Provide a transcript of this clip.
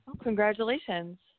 Congratulations